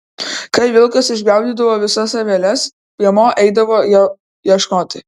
kai vilkas išgaudydavo visas aveles piemuo eidavo jų ieškoti